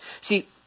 See